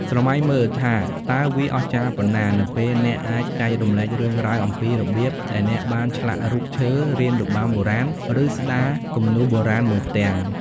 ស្រមៃមើលថាតើវាអស្ចារ្យប៉ុណ្ណា នៅពេលអ្នកអាចចែករំលែករឿងរ៉ាវអំពីរបៀបដែលអ្នកបានឆ្លាក់រូបឈើ រៀនរបាំបុរាណ ឬស្ដារគំនូរបុរាណមួយផ្ទាំង។